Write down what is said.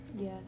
Yes